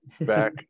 back